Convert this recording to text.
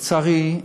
לצערי,